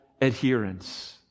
adherence